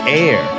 air